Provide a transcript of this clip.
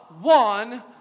one